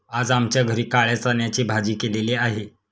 आज आमच्या घरी काळ्या चण्याची भाजी केलेली आहे